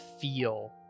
feel